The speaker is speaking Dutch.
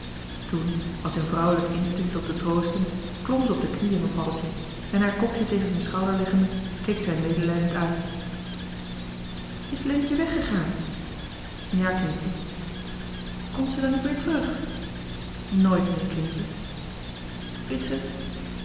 toen als in vrouwelijk instinct om te troosten klom ze op de knieën van paddeltje en haar kopje tegen zijn schouder leggende keek ze hem medelijdend aan is leentje weggegaan ja kindje komt ze dan niet meer terug nooit meer kindje is ze